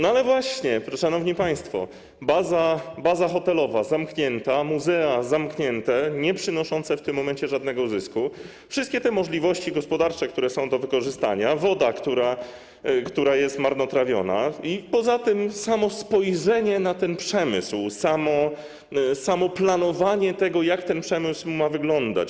No ale właśnie, szanowni państwo, baza hotelowa zamknięta, muzea zamknięte, nieprzynoszące w tym momencie żadnego zysku, wszystkie możliwości gospodarcze, które są do wykorzystania, woda, która jest marnotrawiona, poza tym samo spojrzenie na przemysł, samo planowanie tego, jak ten przemysł ma wyglądać.